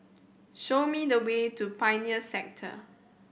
show me the way to Pioneer Sector